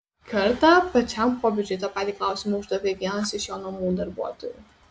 kartą pačiam popiežiui tą patį klausimą uždavė vienas iš jo namų darbuotojų